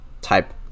type